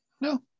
No